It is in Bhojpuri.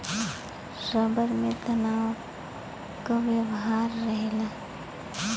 रबर में तनाव क व्यवहार रहेला